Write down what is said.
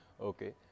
Okay